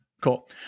cool